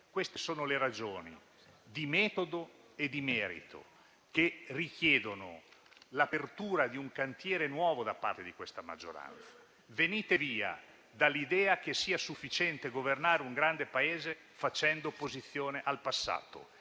Queste sono le ragioni di metodo e di merito che richiedono l'apertura di un cantiere nuovo da parte di questa maggioranza. Venite via dall'idea che sia sufficiente governare un grande Paese facendo opposizione al passato.